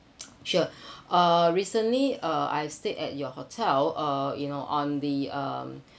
sure uh recently uh I stayed at your hotel uh you know on the um